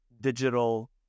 digital